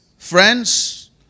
Friends